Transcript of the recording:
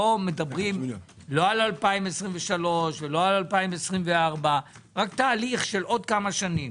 לא מדברים על 2023 או על 2024. רק תהליך של עוד כמה שנים,